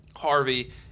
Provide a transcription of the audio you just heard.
Harvey